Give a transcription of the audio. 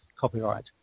copyright